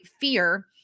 fear